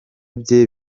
bye